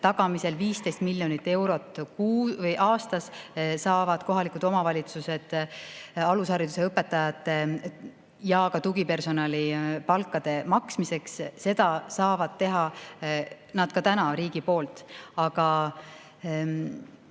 tagamisel. 15 miljonit eurot aastas saavad kohalikud omavalitsused alushariduse õpetajate ja ka tugipersonali palkade maksmiseks. Seda [raha] saavad nad ka praegu riigi poolt. Aga